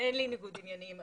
אין לי ניגוד עניינים,